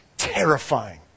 terrifying